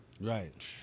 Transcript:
Right